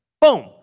Boom